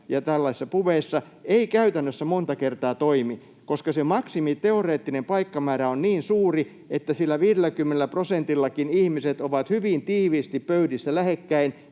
baareissa ja pubeissa ei käytännössä monta kertaa toimi, koska se maksimi teoreettinen paikkamäärä on niin suuri, että sillä 50 prosentillakin ihmiset ovat hyvin tiiviisti pöydissä lähekkäin,